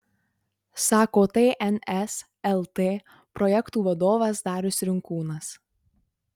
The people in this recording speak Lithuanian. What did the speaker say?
sako tns lt projektų vadovas darius rinkūnas